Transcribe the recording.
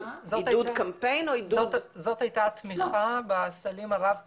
זאת הייתה התמיכה בסלים הרב פעמיים.